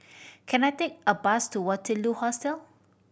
can I take a bus to Waterloo Hostel